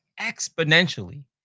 exponentially